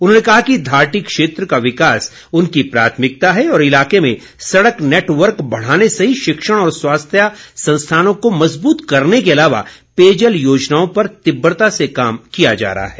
उन्होंने कहा कि धारटी क्षेत्र का विकास उनकी प्राथमिकता है और इलाके में सड़क नेटवर्क बढ़ाने सहित शिक्षण और स्वास्थ्य संस्थानों को मज़बूत करने के अलावा पेयजल योजनाओं पर तीव्रता से कार्य किया जा रहा है